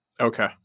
Okay